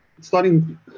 starting